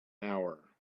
hour